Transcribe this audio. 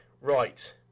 right